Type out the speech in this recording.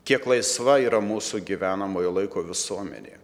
kiek laisva yra mūsų gyvenamojo laiko visuomenėje